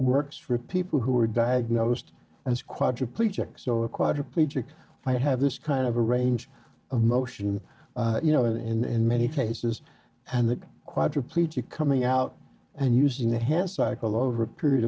works for people who are diagnosed as quadriplegic so a quadriplegic if i have this kind of a range of motion you know in many cases and the quadriplegic coming out and using that has a cycle over a period